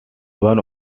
one